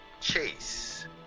Chase